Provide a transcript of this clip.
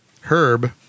Herb